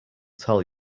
tell